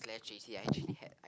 G_C_E actually had